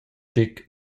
tec